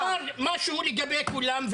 פה נאמר משהו לגבי כולם,